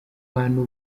abantu